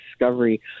discovery